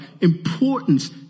importance